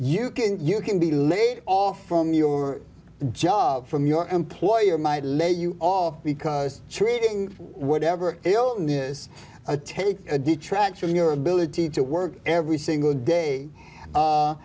you can you can be laid off from your job from your employer might lay you off because treating whatever illness a take a detracts from your ability to work every single day